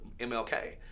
MLK